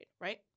right